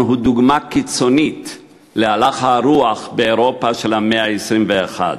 הוא דוגמה קיצונית להלך הרוח באירופה של המאה ה-21.